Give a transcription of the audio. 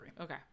Okay